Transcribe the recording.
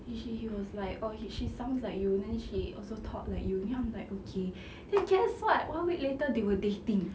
he was like oh she sounds like you then she also talk like you I'm like okay then guess what one week later they were dating